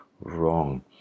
wrong